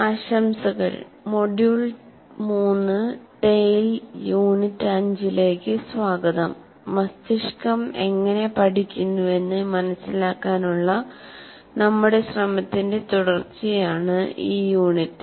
ആശംസകൾ module 3 TALE unit 5ലേക്ക് സ്വാഗതം മസ്തിഷ്കം എങ്ങനെ പഠിക്കുന്നുവെന്ന് മനസിലാക്കാനുള്ള നമ്മുടെ ശ്രമത്തിന്റെ തുടർച്ചയാണ് ഈ യൂണിറ്റ്